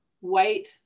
white